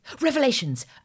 Revelations